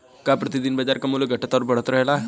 का प्रति दिन बाजार क मूल्य घटत और बढ़त रहेला?